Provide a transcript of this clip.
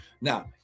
Now